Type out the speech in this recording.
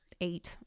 eight